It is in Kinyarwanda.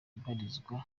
ibarizwamo